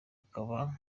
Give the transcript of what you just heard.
akaba